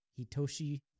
Hitoshi